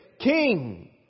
king